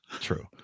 true